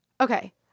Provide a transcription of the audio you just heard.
okay